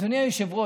אדוני היושב-ראש,